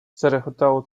zarechotało